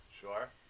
sure